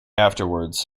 afterwards